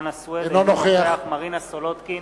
אינו נוכח מרינה סולודקין,